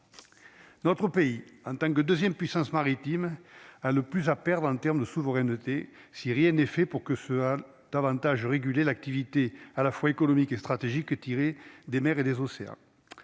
notre pays en tant que 2ème puissance maritime a le plus à perdre en termes de souveraineté, si rien n'est fait pour que ce All davantage réguler l'activité à la fois économique et stratégique, tirer des mers et des océans,